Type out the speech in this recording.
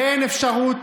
אין אפשרות.